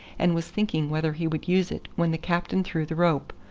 and was thinking whether he would use it when the captain threw the rope,